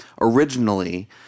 originally